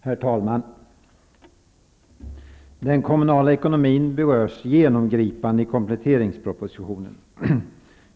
Herr talman! Den kommunala ekonomin berörs genomgripande i kompletteringspropositionen.